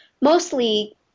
mostly